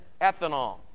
ethanol